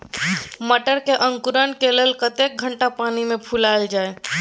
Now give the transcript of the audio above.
मटर के अंकुरण के लिए कतेक घंटा पानी मे फुलाईल जाय?